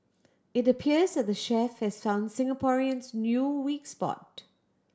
it appears that the chef has found Singaporeans' new weak spot